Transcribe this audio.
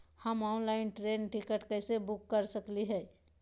हम online train ticket कैसे book कर सकली हई?